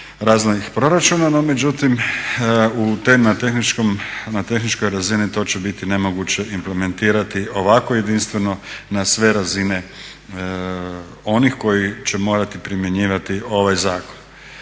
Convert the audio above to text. raznih proračuna. No međutim, na tehničkoj razini to će biti nemoguće implementirati ovako jedinstveno na sve razine onih koji će morati primjenjivati ovaj zakon.